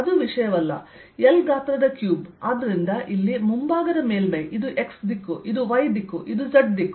L ಗಾತ್ರದ cube ಆದ್ದರಿಂದ ಇಲ್ಲಿ ಮುಂಭಾಗದ ಮೇಲ್ಮೈ ಇದು x ದಿಕ್ಕು ಇದು y ದಿಕ್ಕು ಇದು z ದಿಕ್ಕು